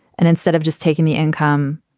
and instead of just taking the income,